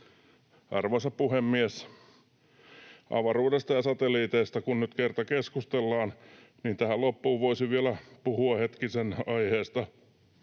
Arvoisa puhemies! Avaruudesta ja satelliiteista kun nyt kerta keskustellaan, niin tähän loppuun voisin vielä puhua hetkisen aiheesta.